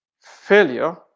Failure